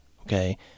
okay